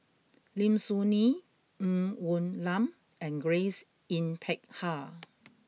Lim Soo Ngee Ng Woon Lam and Grace Yin Peck Ha